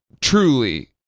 truly